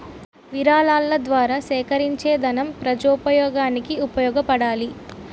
విరాళాల ద్వారా సేకరించేదనం ప్రజోపయోగానికి ఉపయోగపడాలి